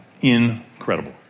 Incredible